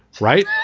right.